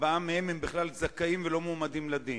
ארבעה הם זכאים ולא מועמדים לדין.